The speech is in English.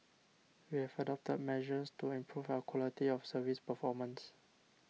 we have adopted measures to improve our quality of service performance